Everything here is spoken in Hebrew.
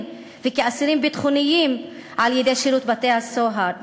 וכאסירים ביטחוניים על-ידי שירות בתי-הסוהר.